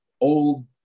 old